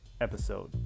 episode